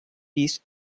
pis